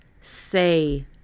say